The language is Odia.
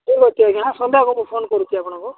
ଠିକ ଅଛି ଆଜ୍ଞା ସନ୍ଧ୍ୟାକୁ ମୁଁ ଫୋନ୍ କରୁଛି ଆପଣଙ୍କୁ